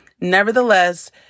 Nevertheless